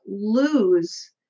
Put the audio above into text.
lose